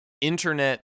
internet